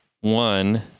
one